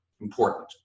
important